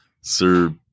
Sir